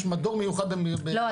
יש מדור מיוחד ב -- לא,